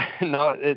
no